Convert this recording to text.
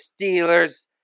Steelers